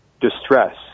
distress